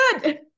good